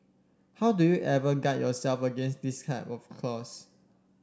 how do you ever guard yourself against this type of clause